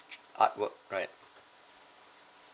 art work right